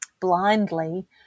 blindly